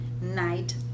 night